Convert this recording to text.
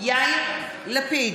יאיר לפיד,